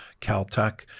Caltech